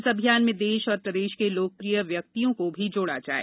इस अभियान में देश और प्रदेश के लोकप्रिय व्यक्तियों को भी जोड़ा जाये